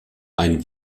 ein